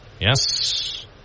Yes